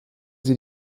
sie